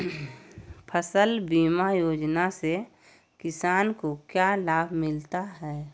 फसल बीमा योजना से किसान को क्या लाभ मिलता है?